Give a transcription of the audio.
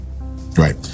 right